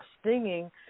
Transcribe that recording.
stinging